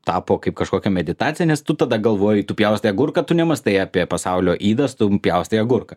tapo kaip kažkokia meditacija nes tu tada galvoji tu pjaustai agurką tu nemąstai apie pasaulio ydas tu pjaustai agurką